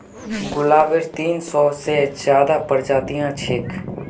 गुलाबेर तीन सौ से ज्यादा प्रजातियां छेक